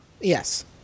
Yes